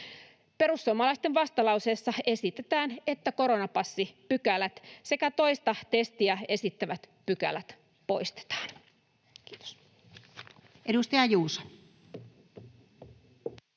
Perussuomalaisten vastalauseessa esitetään, että koronapassipykälät sekä toista testiä esittävät pykälät poistetaan. — Kiitos. [Speech 5]